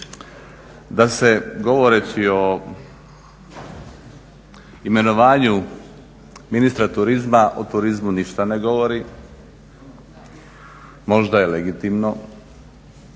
da se govoreći o imenovanju ministra turizma o turizmu ništa ne govori. Možda je legitimno,